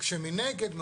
כשמנגד,